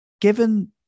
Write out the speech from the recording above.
given